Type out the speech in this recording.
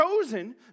chosen